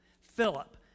Philip